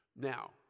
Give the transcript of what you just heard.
Now